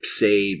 say